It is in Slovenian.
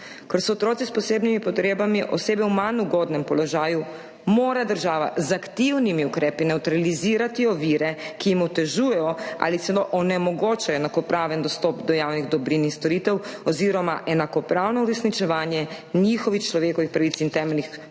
Ker so otroci s posebnimi potrebami osebe v manj ugodnem položaju, mora država z aktivnimi ukrepi nevtralizirati ovire, ki jim otežujejo ali celo onemogočajo enakopraven dostop do javnih dobrin in storitev oziroma enakopravno uresničevanje njihovih človekovih pravic in temeljnih